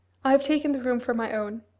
i have taken the room for my own.